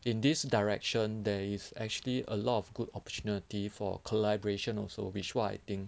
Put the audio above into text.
in this direction there is actually a lot of good opportunity for collaboration also which what I think